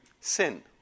sin